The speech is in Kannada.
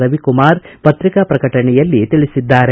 ರವಿಕುಮಾರ್ ಪತ್ರಿಕಾ ಪ್ರಕಟಣೆಯಲ್ಲಿ ತಿಳಿಸಿದ್ದಾರೆ